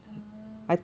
uh